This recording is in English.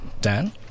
Dan